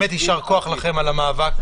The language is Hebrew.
באמת יישר כוח לכם על המאבק.